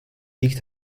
dik